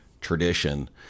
tradition